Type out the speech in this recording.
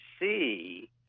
see